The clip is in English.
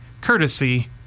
courtesy